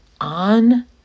on